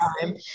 time